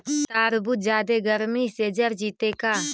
तारबुज जादे गर्मी से जर जितै का?